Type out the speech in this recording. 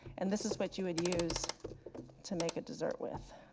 and this is what you would use to make a dessert with.